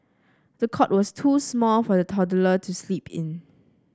the cot was too small for the toddler to sleep in